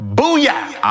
Booyah